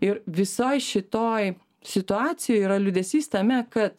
ir visoj šitoj situacijoj yra liūdesys tame kad